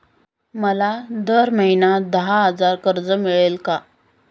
मला दर महिना दहा हजार कर्ज मिळेल का?